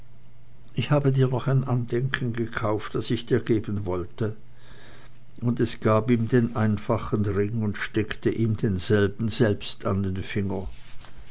ich habe dir noch ein andenken gekauft das ich dir geben wollte und es gab ihm den einfachen ring und steckte ihm denselben selbst an den finger